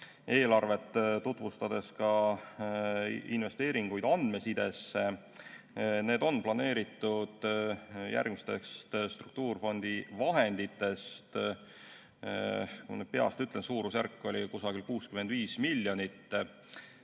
eelarvet tutvustades ka investeeringuid andmesidesse. Need on planeeritud järgmistest struktuurifondi vahenditest. Ma nüüd peast ütlen, et suurusjärk oli 65 miljonit,